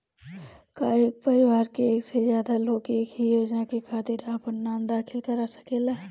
का एक परिवार में एक से ज्यादा लोग एक ही योजना के खातिर आपन नाम दाखिल करा सकेला?